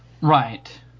Right